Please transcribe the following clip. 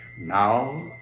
Now